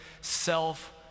self